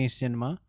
cinema